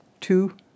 two